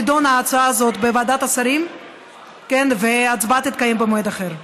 שההצעה הזאת תידון בוועדת השרים וההצבעה תתקיים במועד אחר.